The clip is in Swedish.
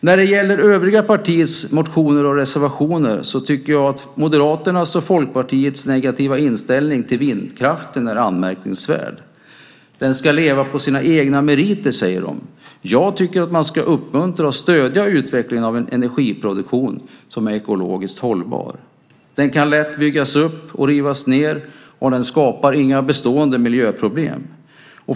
När det gäller övriga partiers motioner och reservationer tycker jag att Moderaternas och Folkpartiets negativa inställning till vindkraften är anmärkningsvärd. Den ska leva på sina egna meriter, säger de. Jag tycker att man ska uppmuntra och stödja utvecklingen av en energiproduktion som är ekologiskt hållbar. Den kan lätt byggas upp och rivas ned, och den skapar inga bestående miljöproblem.